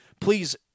please